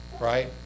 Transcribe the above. right